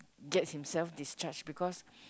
get himself discharge because